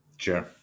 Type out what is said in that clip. Sure